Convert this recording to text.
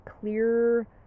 clear